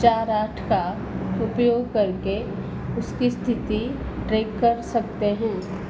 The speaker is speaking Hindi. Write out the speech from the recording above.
चार आठ का उपयोग करके उसकी स्थिति ट्रेक कर सकते हैं